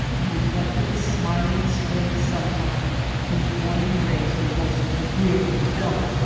and reflected the smiling spring sunshine whose warming rays were most agreeably felt.